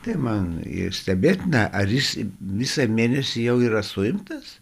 tai man ir stebėtina ar jis visą mėnesį jau yra suimtas